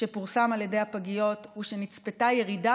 שפורסם על ידי הפגיות הוא שנצפתה ירידה